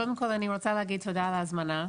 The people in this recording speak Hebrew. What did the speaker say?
קודם כל אני רוצה להגיד תודה על ההזמנה,